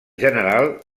general